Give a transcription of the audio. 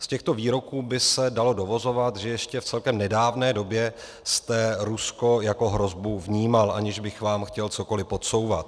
Z těchto výroků by se dalo dovozovat, že ještě v celkem nedávné době jste Rusko jako hrozbu vnímal, aniž bych vám chtěl cokoli podsouvat.